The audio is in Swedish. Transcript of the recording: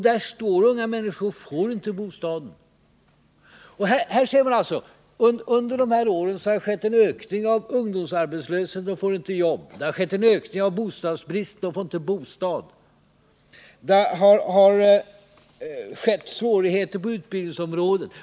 Där står unga människor och får inte bostad. Här ser man alltså att under de här åren har det skett en ökning av ungdomsarbetslösheten — de unga får inga jobb — det har skett en ökning av bostadsbristen — de får inte bostad — och det har uppstått svårigheter på utbildningsområdet.